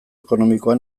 ekonomikoa